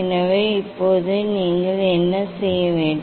எனவே இப்போது நீங்கள் என்ன செய்ய வேண்டும்